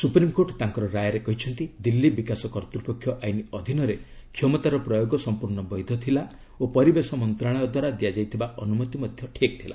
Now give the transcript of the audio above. supreme court ତାଙ୍କର ରାୟରେ କହିଛନ୍ତି ଦିଲ୍ଲୀ ବିକାଶ କର୍ତ୍ତୃପକ୍ଷ ଆଇନ୍ ଅଧୀନରେ କ୍ଷମତାର ପ୍ରୟୋଗ ସମ୍ପୂର୍ଣ୍ଣ ବୈଧ ଥିଲା ଓ ପରିବେଶ ମନ୍ତ୍ରଣାଳୟ ଦ୍ୱାରା ଦିଆଯାଇଥିବା ଅନୁମତି ମଧ୍ୟ ଠିକ୍ ଥିଲା